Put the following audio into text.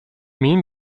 mean